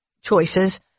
choices